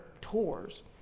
tours